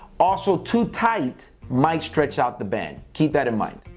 also too tight might stretch out the band. keep that in mind.